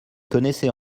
connaissez